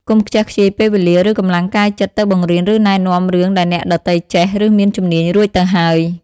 កុំខ្ជះខ្ជាយពេលវេលា ឬកម្លាំងកាយចិត្តទៅបង្រៀន ឬណែនាំរឿងដែលអ្នកដទៃចេះ ឬមានជំនាញរួចទៅហើយ។